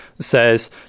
says